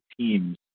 teams